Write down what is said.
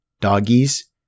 Doggies